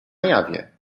jawie